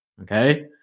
okay